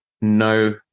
no